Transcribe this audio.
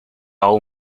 all